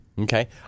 Okay